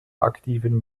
aktiven